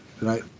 right